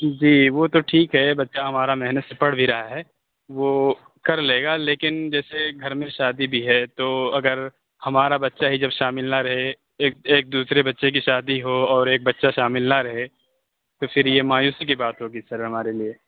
جی وہ تو ٹھیک ہے بچہ ہمارا محنت سے پڑھ بھی رہا ہے وہ کر لے گا لیکن جیسے گھر میں شادی بھی ہے تو اگر ہمارا بچہ ہی جب شامل نہ رہے ایک ایک دوسرے بچے کی شادی ہو اور ایک بچہ شامل نہ رہے تو پھر یہ مایوسی کی بات ہوگی سر ہمارے لیے